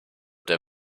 der